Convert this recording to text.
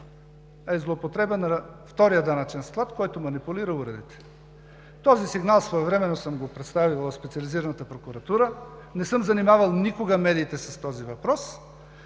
а е злоупотреба на втория данъчен склад, който манипулира уредите. Този сигнал своевременно съм го представил в Специализираната прокуратура, не съм занимавал никога медиите с този въпрос.